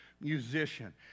musician